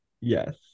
Yes